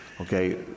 Okay